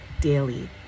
daily